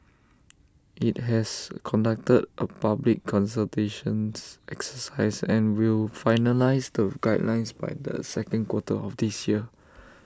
IT has conducted A public consultations exercise and will finalise the guidelines by the second quarter of this year